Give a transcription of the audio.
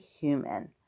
human